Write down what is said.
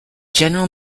general